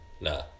Nah